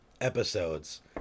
episodes